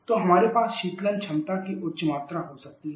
तो हमारे पास शीतलन क्षमता की उच्च मात्रा हो सकती है